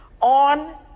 on